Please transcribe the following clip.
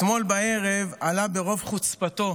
אתמול בערב עלה ברוב חוצפתו